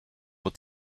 but